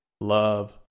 love